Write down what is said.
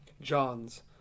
Johns